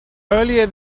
earlier